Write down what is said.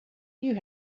you